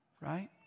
right